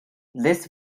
this